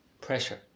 Pressure